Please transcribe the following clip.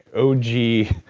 oh gee,